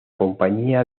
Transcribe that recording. compañía